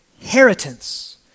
inheritance